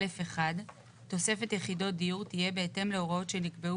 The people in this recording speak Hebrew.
(א1) תוספת יחידות דיור תהיה בהתאם להוראות שנקבעו